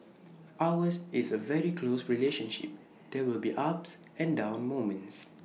ours is A very close relationship there will be ups and down moments